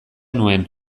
nuen